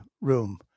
room